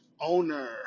owner